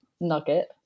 nugget